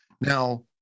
Now